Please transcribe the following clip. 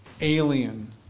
Alien